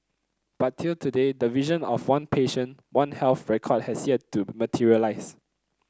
but till today the vision of one patient one health record has yet to materialise